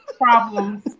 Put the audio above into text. problems